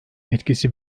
etkisi